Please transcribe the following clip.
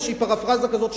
איזושהי פרפראזה כזאת,